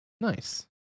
Nice